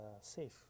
safe